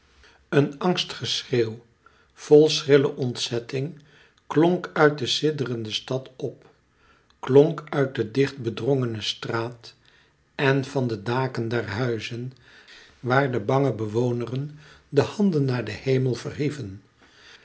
een angstgeschreeuw vol schrille ontzetting klonk uit de sidderende stad op klonk uit de dicht bedrongene straat en van de daken der huizen waar de bange bewoneren de handen naar den hemel verhieven